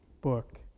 book